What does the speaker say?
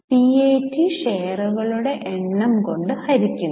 PAT ഷെയറുകളുടെ എണ്ണം കൊണ്ട് ഹരിക്കുന്നു